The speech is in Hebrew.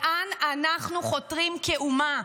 לאן אנחנו חותרים כאומה?